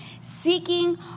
Seeking